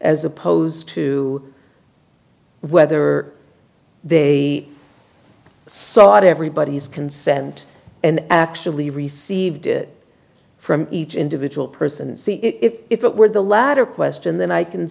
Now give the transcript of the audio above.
as opposed to whether they sought everybody's consent and actually received it from each individual person and see if if it were the latter question then i can